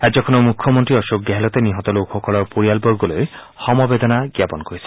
ৰাজ্যখনৰ মুখ্যমন্ত্ৰী অশোক গেহলটে নিহত লোকসকলৰ পৰিয়ালবৰ্গলৈ সমবেদনা জাপন কৰিছে